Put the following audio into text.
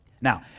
Now